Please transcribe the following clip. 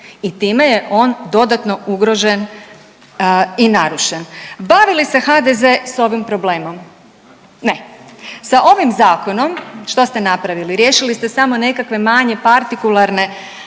i time je on dodatno ugrožen i narušen. Bavi li se HDZ sa ovim problemom? Ne. Sa ovim zakonom što ste napravili? Riješili ste samo nekakve manje partikularne